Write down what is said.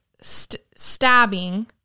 stabbing